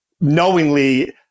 knowingly